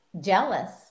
jealous